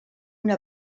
una